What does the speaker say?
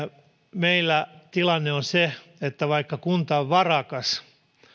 meillä tilanne on se että vaikka kunta on varakas